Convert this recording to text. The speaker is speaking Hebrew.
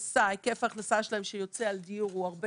היקף ההכנסה שלהם שיוצא על דיור הוא הרבה